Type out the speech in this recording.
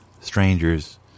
strangers